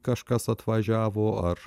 kažkas atvažiavo ar